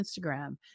Instagram